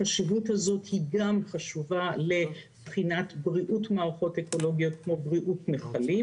היא חשובה גם לבחינת בריאות מערכות אקולוגיות כמו בריאות נחלים.